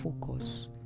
focus